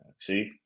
See